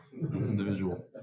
individual